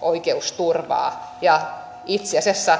oikeusturvaa ja itse asiassa